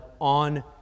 on